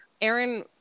Aaron